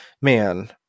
man